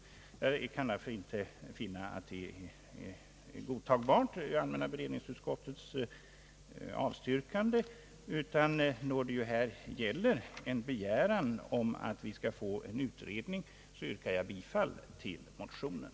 Jag kan alltså inte finna att allmänna beredningsutskottets avstyrkande av motionen är godtagbart då det här endast gäller en begäran om utredning. Jag yrkar därför bifall till motionen.